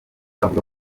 avuga